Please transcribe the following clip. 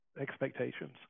expectations